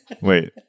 wait